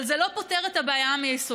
אבל זה לא פותר את הבעיה מיסודה.